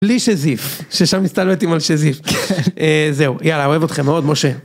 בלי שזיף, ששם מסתלבטים על שזיף, זהו יאללה אוהב אותכם מאוד משה